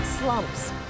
slumps